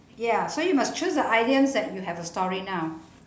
ya so you must choose the idioms that you have a story now